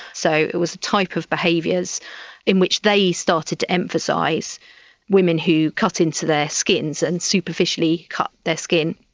so it was a type of behaviours in which they started to emphasise women who cut into their skin so and superficially cut their skin.